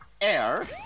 air